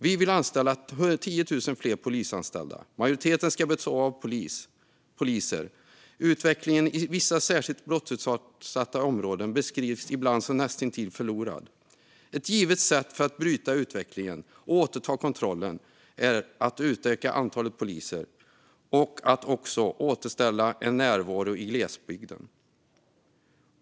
Vi vill att det ska anställas 10 000 fler inom polisen. Majoriteten ska bestå av poliser. Utvecklingen i vissa särskilt brottsutsatta områden beskrivs ibland som näst intill förlorad. Ett givet sätt att bryta utvecklingen och återta kontrollen är att utöka antalet poliser och att också återställa en närvaro i glesbygden.